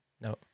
No